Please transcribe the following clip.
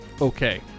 okay